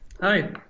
Hi